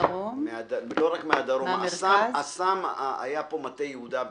האסם היה פה מטה יהודה בעיקר,